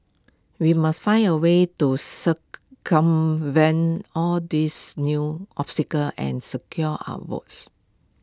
we must find A way to circumvent all these new obstacles and secure our votes